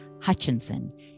Hutchinson